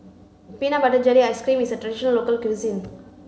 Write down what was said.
Peanut Butter Jelly Ice cream is a traditional local cuisine